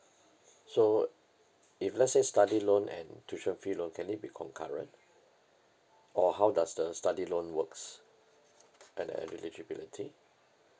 so if let's say study loan and tuition fee loan can it be concurrent or how does the study loan works and the eligibility